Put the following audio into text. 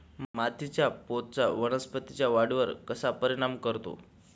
मातीच्या पोतचा वनस्पतींच्या वाढीवर कसा परिणाम करतो?